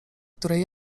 której